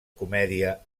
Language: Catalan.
comèdia